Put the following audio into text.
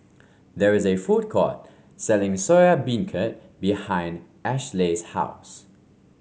there is a food court selling Soya Beancurd behind Ashleigh's house